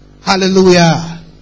Hallelujah